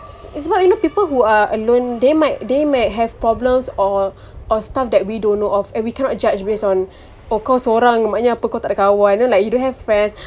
sebab you know people who are alone they might they might have problems or or stuff that we don't know of and we cannot judge based on oh kau seorang maknanya apa kau takde kawan you know like you don't have friends